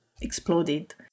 exploded